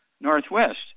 northwest